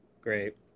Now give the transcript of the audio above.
great